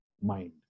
mind